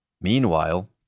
Meanwhile